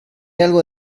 algo